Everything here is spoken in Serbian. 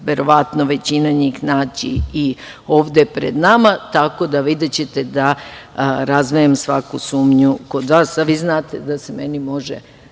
verovatno većina njih, naći i ovde pred nama, tako da videćete da razdajem svaku sumnju kod vas, a vi znate da se meni može